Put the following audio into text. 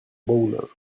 bowler